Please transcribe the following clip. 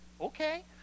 Okay